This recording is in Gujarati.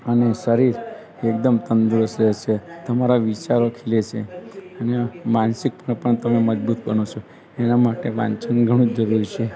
અને શરીર એકદમ તંદુરસ્ત રહેશે તમારા વિચારો ખિલે છે અને માનસિક પણ પણ તમે મજબૂત બનો છો એના માટે વાંચન ઘણું જ જરૂરી છે